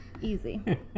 Easy